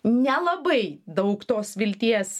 nelabai daug tos vilties